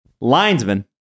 linesman